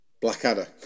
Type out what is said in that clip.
Blackadder